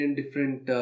different